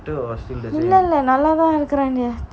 இல்ல இல்ல நல்ல தான் இருக்குறாங்க:illa illa nalla thaan irukuranga